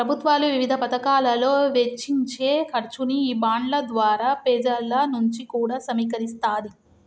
ప్రభుత్వాలు వివిధ పతకాలలో వెచ్చించే ఖర్చుని ఈ బాండ్ల ద్వారా పెజల నుంచి కూడా సమీకరిస్తాది